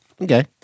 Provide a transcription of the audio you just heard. Okay